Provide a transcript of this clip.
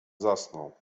zasnął